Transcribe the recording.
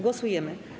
Głosujemy.